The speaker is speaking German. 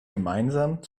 gemeinsam